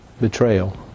betrayal